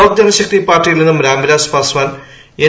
ലോക്ജനശക്തി പാർട്ടിയിൽ നിന്നും രാംവിലാസ് പൂർസ്വാൻ എൻ